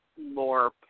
more